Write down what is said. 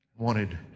Wanted